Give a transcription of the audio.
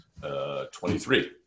23